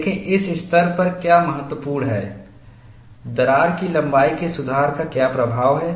देखें इस स्तर पर क्या महत्वपूर्ण है दरार की लंबाई के सुधार का क्या प्रभाव है